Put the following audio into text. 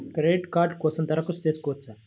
Credit card కోసం దరఖాస్తు చేయవచ్చా?